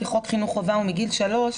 כי חוק חינוך חובה הוא מגיל שלוש,